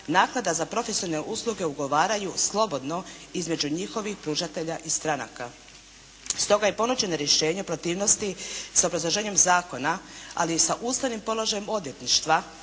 naknada za profesionalne usluge ugovaraju slobodno između njihovih pružatelja i stranaka. Stoga je ponuđeno rješenje protivnosti sa obrazloženjem zakona, ali i sa ustavnim položajem odvjetništva